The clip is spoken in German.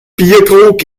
bierkrug